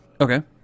Okay